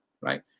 right